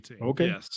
Okay